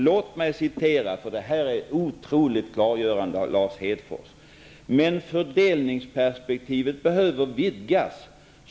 Låt mig citera ur den, då vad som står där är otroligt klargörande: ''Men fördelningsperspektivet behöver vidgas.